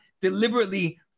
deliberately